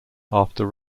after